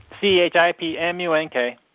C-H-I-P-M-U-N-K